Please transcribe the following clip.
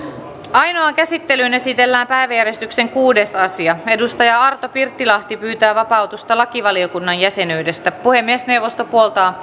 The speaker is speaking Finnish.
ainoaan käsittelyyn esitellään päiväjärjestyksen kuudes asia arto pirttilahti pyytää vapautusta lakivaliokunnan jäsenyydestä puhemiesneuvosto puoltaa